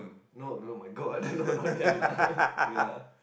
no no my god no not that lah ya